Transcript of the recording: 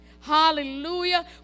Hallelujah